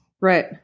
right